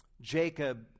Jacob